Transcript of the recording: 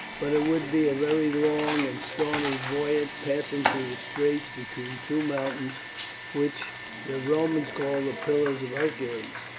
but it would be a very long and stormy voyage passing through the straits between two mountains which the romans call the pillars of hercules.